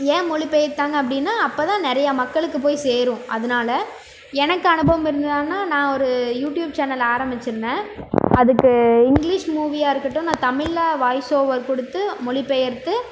ஏன் மொழி பெயர்த்தாங்க அப்படின்னா அப்போதான் நிறையா மக்களுக்கு போய் சேரும் அதனால எனக்கு அனுபவம் இருந்ததுன்னால் நான் ஒரு யூடியூப் சேனல் ஆரம்பிச்சுருந்தேன் அதுக்கு இங்கிலிஷ் மூவியாக இருக்கட்டும் நான் தமிழில் வாய்ஸ் ஓவர் கொடுத்து மொழிபெயர்த்து